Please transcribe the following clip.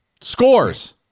Scores